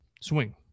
swing